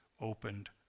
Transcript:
opened